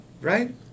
Right